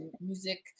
music